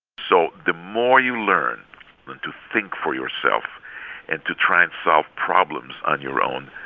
so the more you learn to think for yourself and to try and solve problems on your own,